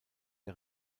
der